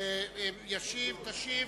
תשיב